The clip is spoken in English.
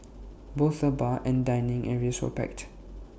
both the bar and dining areas were packed